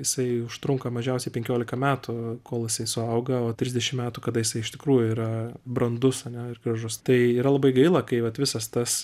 jisai užtrunka mažiausiai penkiolika metų kol jisai suauga o trisdešim metų kada jisai iš tikrųjų yra brandus ane ir gražus tai yra labai gaila kai vat visas tas